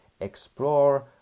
explore